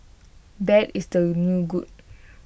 bad is the new good